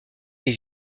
les